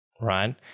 right